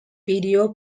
video